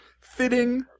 fitting